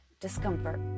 discomfort